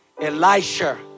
Elisha